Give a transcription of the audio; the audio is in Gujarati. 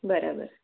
બરાબર